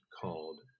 called